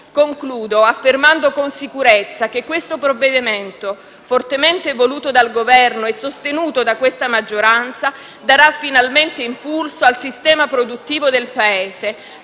Concludo affermando con sicurezza che questo provvedimento, fortemente voluto dal Governo e sostenuto da questa maggioranza, darà finalmente impulso al sistema produttivo del Paese,